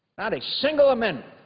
not a single um and